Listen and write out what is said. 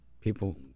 people